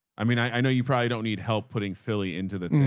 i mean, i know you probably don't need help putting philly into the thing.